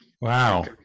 wow